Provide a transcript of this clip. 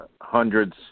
hundreds